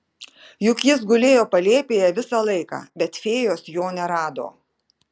juk jis gulėjo palėpėje visą laiką bet fėjos jo nerado